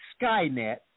Skynet